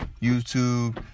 YouTube